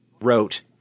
wrote